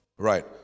Right